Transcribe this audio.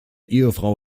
ehefrau